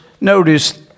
notice